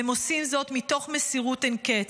והם עושים זאת מתוך מסירות אין קץ.